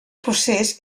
procés